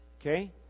Okay